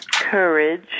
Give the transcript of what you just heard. Courage